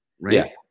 Right